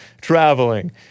traveling